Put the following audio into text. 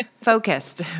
focused